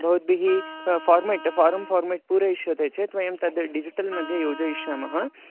भवद्भिः format form format पूरयिष्यते चेत् तद् वयं तद् डिजिटल् मध्ये योजयिष्यामः